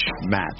match